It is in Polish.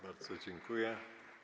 Bardzo dziękuję.